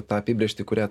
tą apibrėžtį kurią